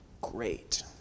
great